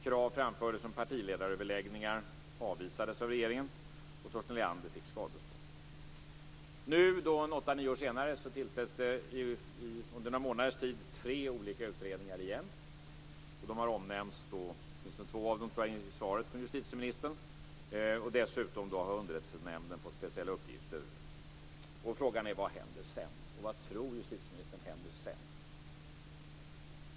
Krav framfördes på partiledaröverläggningar. De avvisades av regeringen, och Torsten Leander fick skadestånd. Nu åtta nio år senare tillsätts det under några månaders tid tre olika utredningar igen. Åtminstone två av dem har omnämnts i svaret från justitieministern. Dessutom har Underrättelsenämnden fått speciella uppgifter. Frågan är vad som händer sedan. Vad tror justitieministern händer sedan?